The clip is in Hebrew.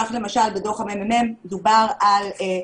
כך למשל בדוח הממ"מ דובר על,